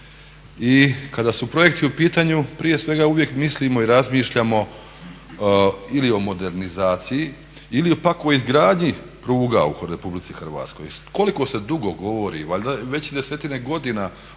I kada su projekti u pitanju prije svega uvijek mislimo i razmišljamo ili o modernizaciji ili pak o izgradnji pruga u RH. Koliko se dugo govori, valjda već desetine godina